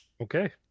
Okay